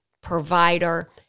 provider